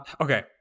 Okay